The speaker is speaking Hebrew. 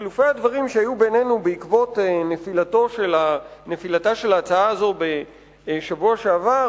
בחילופי הדברים שהיו בינינו בעקבות נפילתה של ההצעה הזאת בשבוע שעבר,